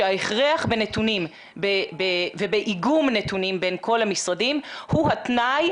שההכרח בנתונים ובאיגום נתונים בין כל המשרדים הוא התנאי